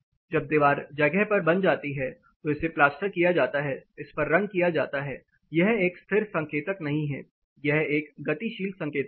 जब दीवार जगह पर बन जाती है तो इसे प्लास्टर किया जाता है इसपर रंग किया जाता है यह एक स्थिर संकेतक नहीं है यह एक गतिशील संकेतक है